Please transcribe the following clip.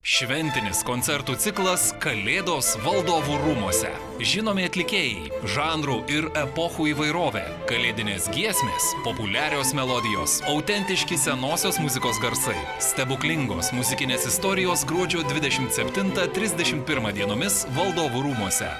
šventinis koncertų ciklas kalėdos valdovų rūmuose žinomi atlikėjai žanrų ir epochų įvairovė kalėdinės giesmės populiarios melodijos autentiški senosios muzikos garsai stebuklingos muzikinės istorijos gruodžio dvidešimt septintą trisdešimt pirmą dienomis valdovų rūmuose